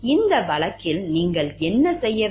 இந்த வழக்கில் நீங்கள் என்ன செய்ய வேண்டும்